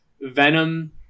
Venom